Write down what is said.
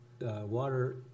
water